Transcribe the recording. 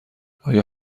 آیا